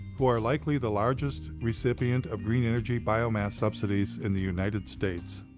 who are likely the largest recipient of green energy biomass subsidies in the united states.